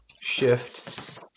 Shift